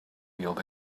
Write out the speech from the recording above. field